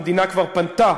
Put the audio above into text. המדינה כבר פנתה,